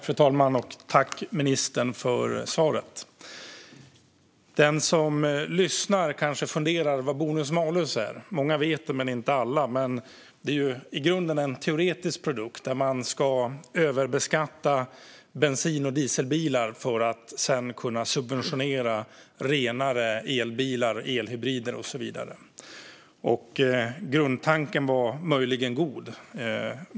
Fru talman! Tack, ministern, för svaret! Den som lyssnar kanske funderar på vad bonus-malus är. Många vet det, men inte alla. Det är i grunden en teoretisk produkt där man ska överbeskatta bensin och dieselbilar för att sedan kunna subventionera renare elbilar, elhybrider och så vidare. Grundtanken var möjligen god.